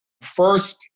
First